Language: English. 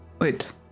Wait